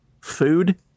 food